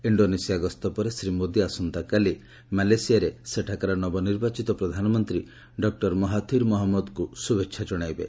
Indonesia ଗସ୍ତ ପରେ ଶୀ ମୋଦି ଆସନ୍ତାକାଲି ମାଲେସିଆରେ ସେଠାକାର ନବନିର୍ବାଚିତ ପ୍ରଧାନମନ୍ତ୍ରୀ ଡକୁର ମହାଥିର୍ ମହମ୍ମଦଙ୍କୁ ଶୁଭେଚ୍ଛା ଜଣାଇବେ